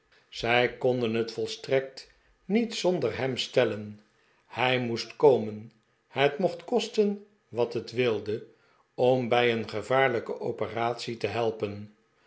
zij konden het volstrekt niet zonder hem stellen hij moest komen het mocht kosten wat het wilde om bij een gevaarlijke operatie te helpen